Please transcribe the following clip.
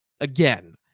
Again